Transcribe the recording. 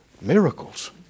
miracles